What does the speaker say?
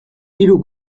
hiru